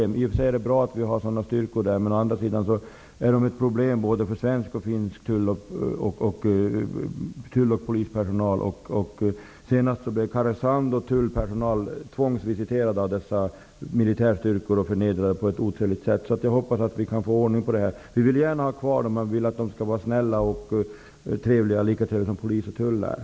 Det är i och för sig bra att vi har sådana styrkor där, men de utgör ett problem för både svensk och finsk tulloch polispersonal. Senast blev tullpersonalen i Karesuando tvångsvisiterad av dessa militärstyrkor och förnedrad på ett otrevligt sätt. Jag hoppas att vi kan få ordning på det här. Vi vill gärna ha kvar styrkorna, men vi vill att de skall vara snälla och trevliga -- lika trevlig som man är inom Polisen och